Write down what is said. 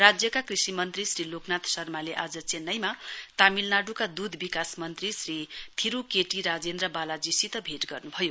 राज्यका कृषि मन्त्री श्री लोकनाथ शर्माले आज चेन्नईमा तामिलनाडुका दुध विकास मन्त्री श्री थिरू केटी राजेन्द्र बालाजीसित भेट गर्नुभयो